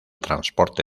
transporte